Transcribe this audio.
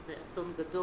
זה אסון גדול,